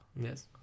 yes